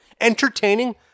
Entertaining